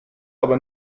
aber